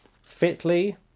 fitly